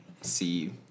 see